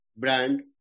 brand